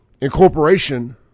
incorporation